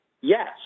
Yes